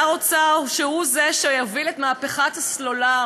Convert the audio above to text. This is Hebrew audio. שר אוצר שהוא זה שהוביל את מהפכת הסלולר